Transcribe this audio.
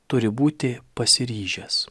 turi būti pasiryžęs